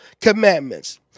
commandments